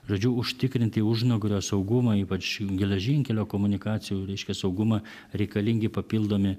žodžiu užtikrinti užnugario saugumą ypač geležinkelio komunikacijų reiškia saugumą reikalingi papildomi